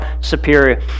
superior